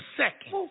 second